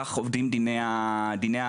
כך עובדים דיני הפליטים.